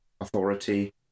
authority